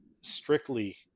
strictly